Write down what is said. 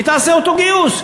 היא תעשה אותו גיוס.